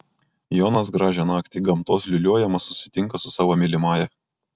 jonas gražią naktį gamtos liūliuojamas susitinka su savo mylimąja